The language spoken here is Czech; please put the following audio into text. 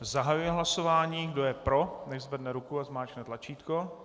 Zahajuji hlasování, kdo je pro, nechť zvedne ruku a zmáčkne tlačítko.